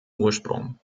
ursprung